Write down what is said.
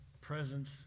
presence